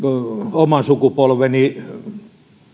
oman sukupolveni